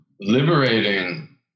liberating